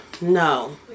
No